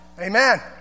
amen